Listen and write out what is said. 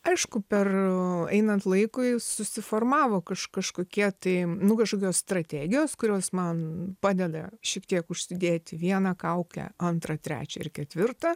aišku per einant laikui susiformavo kaž kažkokie tai nu kažkokios strategijos kurios man padeda šiek tiek užsidėti vieną kaukę antrą trečią ir ketvirtą